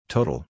Total